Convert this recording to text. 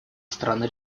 страны